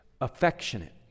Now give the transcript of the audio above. affectionate